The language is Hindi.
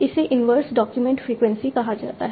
इसे इनवर्स डॉक्यूमेंट फ्रीक्वेंसी कहा जाता है